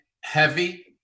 heavy